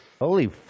Holy